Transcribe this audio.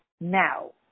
Now